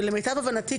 ולמיטב הבנתי,